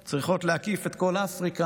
צריכות להקיף את כל אפריקה.